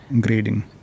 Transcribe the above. grading